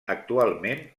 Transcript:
actualment